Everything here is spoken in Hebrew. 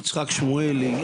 יצחק שמואלי.